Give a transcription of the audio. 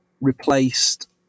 replaced